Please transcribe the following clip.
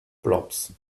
blobs